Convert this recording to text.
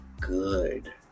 good